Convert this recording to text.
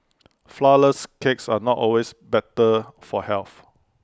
Flourless Cakes are not always better for health